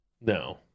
No